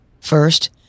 First